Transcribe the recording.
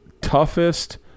toughest